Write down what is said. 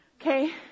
okay